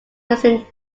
missing